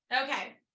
Okay